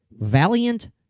Valiant